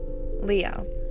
leo